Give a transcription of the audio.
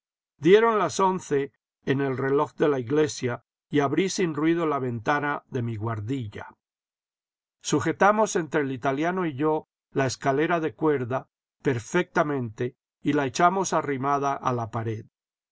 dieron las once en el reloj de la iglesia y abrí sin ruido la ventana de mi guardilla sujetamos entre el italiano y yo la escalera de cuerda perfectamente y la echamos arrimada a la pared